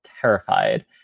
terrified